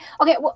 okay